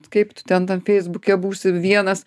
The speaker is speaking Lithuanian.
kaip tu ten tam feisbuke būsi vienas